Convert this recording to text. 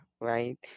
right